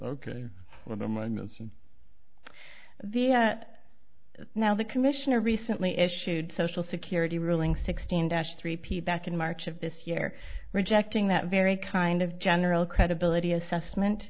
missing the now the commissioner recently issued social security ruling sixteen dash three p back in march of this year rejecting that very kind of general credibility assessment